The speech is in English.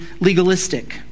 legalistic